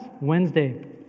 Wednesday